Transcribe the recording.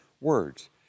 words